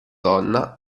donna